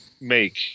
make